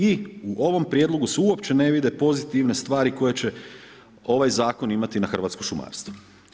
I u ovom prijedlogu se uopće ne vide pozitivne stvari koje će ovaj zakon imati na hrvatsko šumarstvo.